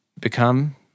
become